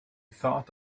thought